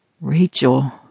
Rachel